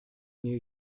new